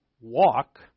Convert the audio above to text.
walk